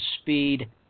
speed